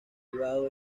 privado